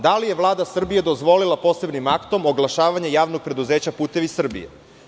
Da li je Vlada Srbije dozvolila posebnim aktom oglašavanje Javnog preduzeća "Putevi Srbije"